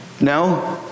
No